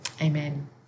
amen